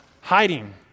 Hiding